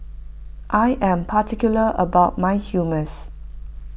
I am particular about my Hummus